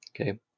okay